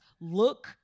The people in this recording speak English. look